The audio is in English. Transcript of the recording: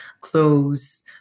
clothes